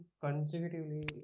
consecutively